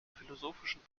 philosophischen